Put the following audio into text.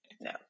no